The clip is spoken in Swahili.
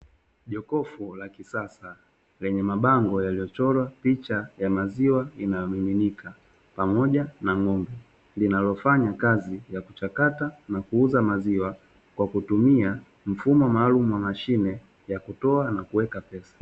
Jokofu la kisasa lenye mabango yaliyochorwa picha ya maziwa, inamiminika pamoja na ng'ombe. Linalofanya kazi ya kuchakata na kuuza maziwa kwa kutumia mfumo maalumu wa mashine ya kutoa na kuweka pesa.